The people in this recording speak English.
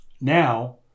now